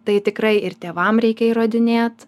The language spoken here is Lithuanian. tai tikrai ir tėvam reikia įrodinėt